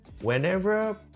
whenever